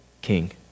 king